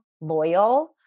loyal